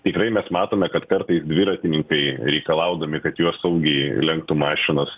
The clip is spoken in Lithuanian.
tikrai mes matome kad kartais dviratininkai reikalaudami kad juos saugiai lenktų mašinos